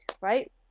right